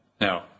now